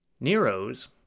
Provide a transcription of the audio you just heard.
Nero's